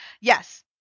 yes